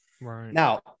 Now